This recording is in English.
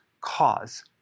cause